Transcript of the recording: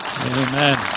Amen